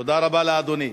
תודה רבה לאדוני.